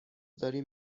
داریم